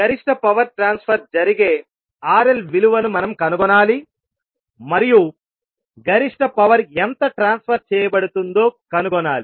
గరిష్ట power transfer జరిగే RL విలువను మనం కనుగొనాలి మరియు గరిష్ట పవర్ ఎంత ట్రాన్స్ఫర్ చేయబడుతుందో కనుగొనాలి